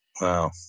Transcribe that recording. Wow